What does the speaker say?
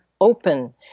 open